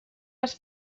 les